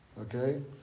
Okay